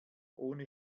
ohne